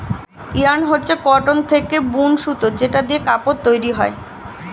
yarn হচ্ছে cotton থেকে বুন সুতো যেটা দিয়ে কাপড় তৈরী হয়